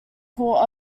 court